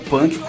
Punk